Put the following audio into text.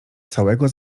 całego